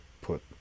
put